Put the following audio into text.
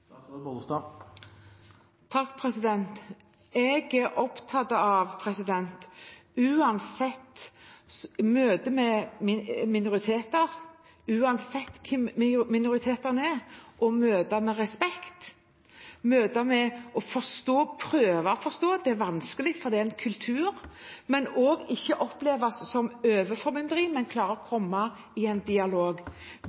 Jeg er i møte med minoriteter – uansett hvem minoritetene er – opptatt av å møte med respekt, møte med å forstå, prøve å forstå. Det er vanskelig, for det er en kultur, men det må ikke å oppleves som overformynderi, man må klare å